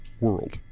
world